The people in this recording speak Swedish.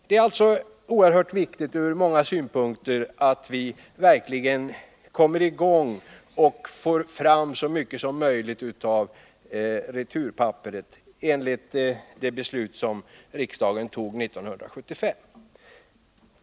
Därför är det ur många synpunkter oerhört viktigt att vi verkligen kommer i gång med verksamheten och att vi får ut så mycket som möjligt av returpapperet, enligt det beslut som riksdagen fattade 1975.